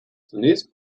zunächst